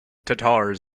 tatars